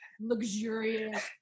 luxurious